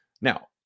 Now